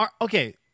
Okay